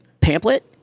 Pamphlet